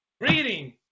reading